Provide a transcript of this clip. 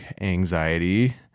anxiety